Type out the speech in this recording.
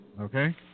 Okay